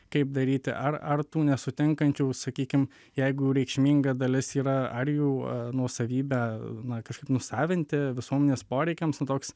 kaip daryti ar ar tų nesutinkančių sakykim jeigu reikšminga dalis yra ar jų nuosavybę na kažkaip nusavinti visuomenės poreikiams nu toks